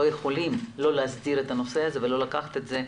יכולים לא להסדיר את הנושא הזה ולא לקחת את זה.